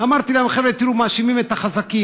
אמרתי להם: חבר'ה, תראו, מאשימים את החזקים.